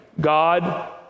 God